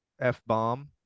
F-bomb